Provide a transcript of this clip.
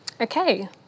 Okay